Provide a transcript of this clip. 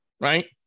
right